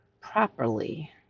properly